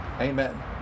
Amen